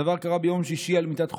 הדבר קרה ביום שישי על מיטת חוליו.